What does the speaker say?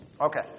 Okay